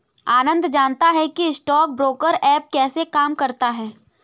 आनंद जानता है कि स्टॉक ब्रोकर ऐप कैसे काम करता है?